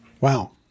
Wow